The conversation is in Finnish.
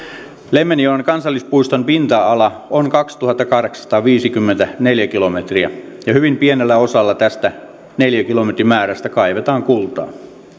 lemmenjoen kansallispuiston pinta ala on kaksituhattakahdeksansataaviisikymmentä neliökilometriä ja hyvin pienellä osalla tästä neliökilometrimäärästä kaivetaan kultaa